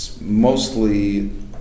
mostly